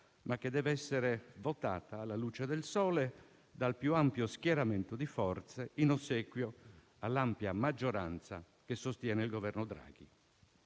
ma che deve essere votato alla luce del sole, dal più ampio schieramento di forze in ossequio all'ampia maggioranza che sostiene il Governo Draghi.